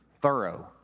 thorough